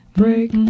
break